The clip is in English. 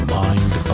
mind